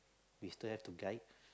we still have to guide